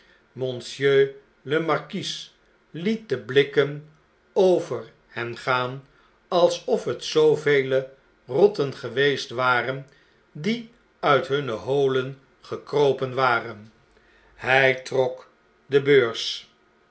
marquis liet de blikken over hen gaan alsof het zoovele rotten geweest waren die uit hunne holen gekropen waren hjj trok de beurs